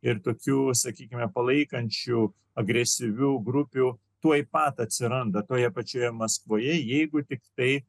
ir tokių sakykime palaikančių agresyvių grupių tuoj pat atsiranda toje pačioje maskvoje jeigu tik bei